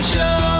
Show